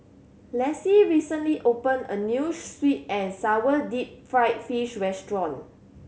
Lessie recently opened a new sweet and sour deep fried fish restaurant